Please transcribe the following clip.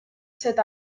set